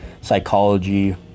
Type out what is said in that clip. psychology